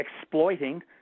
exploiting